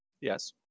yes